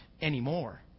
anymore